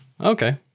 Okay